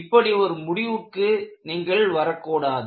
இப்படி ஒரு முடிவுக்கு நீங்கள் வரக்கூடாது